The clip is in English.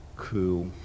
cool